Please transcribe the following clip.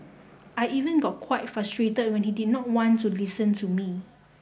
I even got quite frustrated when he did not want to listen to me